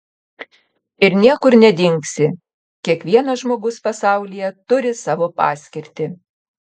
ir niekur nedingsi kiekvienas žmogus pasaulyje turi savo paskirtį